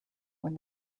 when